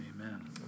Amen